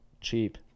Cheap